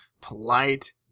polite